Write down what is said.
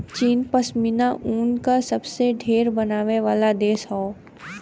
चीन पश्मीना ऊन क सबसे ढेर बनावे वाला देश हौ